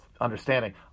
understanding